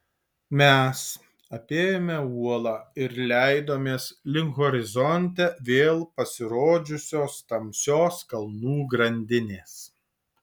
mes apėjome uolą ir leidomės link horizonte vėl pasirodžiusios tamsios kalnų grandinės